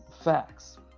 facts